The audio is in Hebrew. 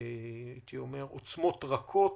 עוצמות רכות,